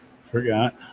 Forgot